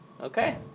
Okay